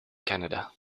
canada